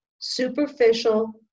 superficial